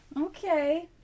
okay